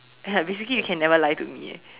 ya basically you can never lie to me eh